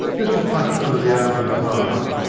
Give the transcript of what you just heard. just a punch under the arm from behind.